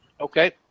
Okay